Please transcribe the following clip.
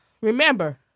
remember